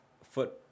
foot